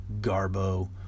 garbo